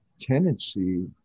tendency